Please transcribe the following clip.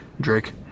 Drake